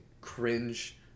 cringe